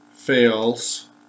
Fails